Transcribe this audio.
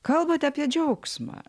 kalbate apie džiaugsmą